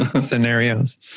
scenarios